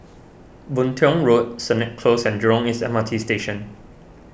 Boon Tiong Road Sennett Close and Jurong East M R T Station